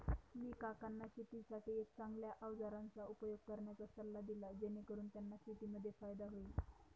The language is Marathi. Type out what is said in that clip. मी काकांना शेतीसाठी एक चांगल्या अवजारांचा उपयोग करण्याचा सल्ला दिला, जेणेकरून त्यांना शेतीमध्ये फायदा होईल